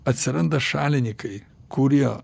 atsiranda šalinikai kurie